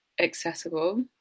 accessible